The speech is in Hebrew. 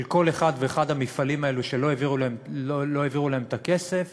כל אחד ואחד מהמפעלים האלה שלא העבירו להם את הכסף